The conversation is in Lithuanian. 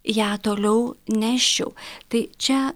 ją toliau neščiau tai čia